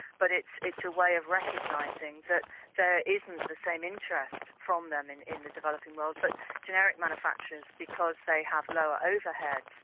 but it's a way of recognising that there isn't the same interest from them in in the developing world, but generic manufacturers, because they have lower overheads,